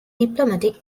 diplomatic